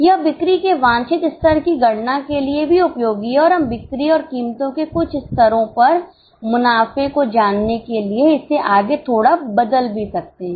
यह बिक्री के वांछित स्तर की गणना के लिए भी उपयोगी है और हम बिक्री और कीमतों के कुछ स्तरों पर मुनाफे को जानने के लिए इसे आगे थोड़ा बदल भी सकते हैं